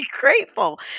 grateful